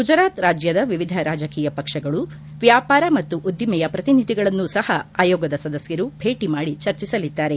ಗುಜರಾತ್ ರಾಜ್ಯದ ವಿವಿಧ ರಾಜಕೀಯ ಪಕ್ಷಗಳು ವ್ಯಾಪಾರ ಮತ್ತು ಉದ್ದಿಮೆಯ ಪ್ರತಿನಿಧಿಗಳನ್ನು ಸಹ ಆಯೋಗದ ಸದಸ್ಯರು ಭೇಟಿ ಮಾಡಿ ಚರ್ಚಿಸಲಿದ್ದಾರೆ